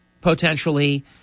potentially